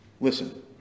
listen